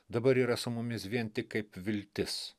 dabar yra su mumis vien tik kaip viltis